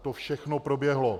To všechno proběhlo.